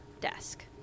desk